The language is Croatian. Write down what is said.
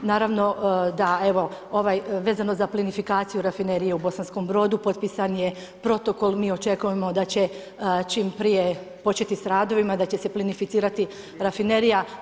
Naravno da evo vezano za plinifikaciju Rafinerije u Bosanskom Brodu potpisan je protokol, mi očekujemo da će čim prije početi s radovima, da će se plinificirati rafinerija.